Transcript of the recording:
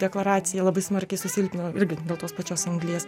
deklaraciją labai smarkiai susilpnino irgi tos pačios anglies